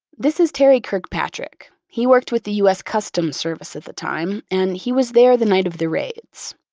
this is terry kirkpatrick. he worked with the u s. customs service at the time, and he was there the night of the raids.